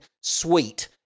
sweet